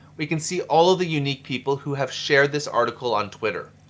we can see all of the unique people who have shared this article on twitter.